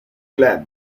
club